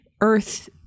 earth